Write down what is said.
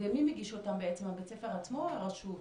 ומי מגיש אותם, בית הספר עצמו או הרשות?